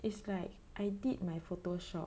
it's like I did my Photoshop